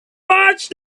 watched